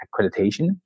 accreditation